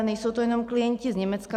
Nejsou to jenom klienti z Německa.